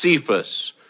Cephas